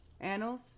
Annals